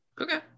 Okay